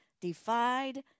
defied